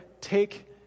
take